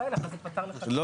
זה פתר לך את הבעיה.